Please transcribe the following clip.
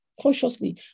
consciously